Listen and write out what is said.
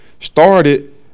Started